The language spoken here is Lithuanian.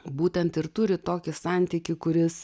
būtent ir turi tokį santykį kuris